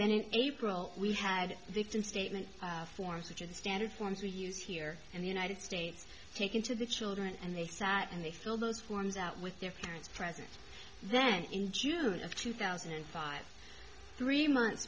then it april we had victim statement forms which is standard forms we use here in the united states take into the children and they sat and they fill those forms out with their parents present then in june of two thousand and five three months